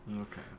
Okay